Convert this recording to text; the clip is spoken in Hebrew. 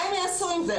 מה הם יעשו עם זה?